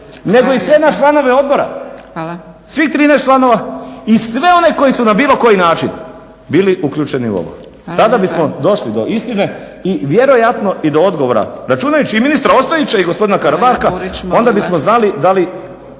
Zgrebec: Hvala./… Svih 13 članova i sve one koji su na bilo koji način bili uključeni u ovo. Tada bismo došli do istine i vjerojatno i do odgovora računajući i ministra Ostojića i gospodina Karamarka… …/Upadica